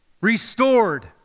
restored